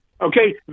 Okay